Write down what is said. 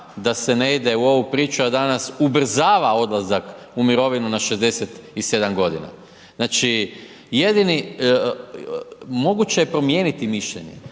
da se ne ide u ovu priču, a danas ubrzava odlazak u mirovinu na 67.g. Znači, jedini, moguće je promijeniti mišljenje